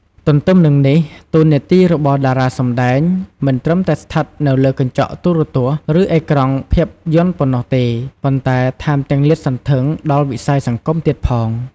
ទទ្ទឹមនឹងនេះ តួនាទីរបស់តារាសម្ដែងមិនត្រឹមតែស្ថិតនៅលើកញ្ចក់ទូរទស្សន៍ ឬអេក្រង់ភាពយន្តប៉ុណ្ណោះទេ ប៉ុន្តែថែមទាំងលាតសន្ធឹងដល់ វិស័យសង្គម ទៀតផង។